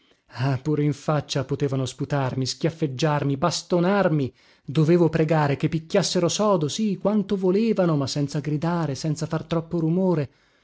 ah pure in faccia potevano sputarmi schiaffeggiarmi bastonarmi dovevo pregare che picchiassero sodo sì quanto volevano ma senza gridare senza far troppo rumore